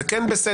זה כן בסדר,